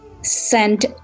sent